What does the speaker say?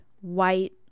white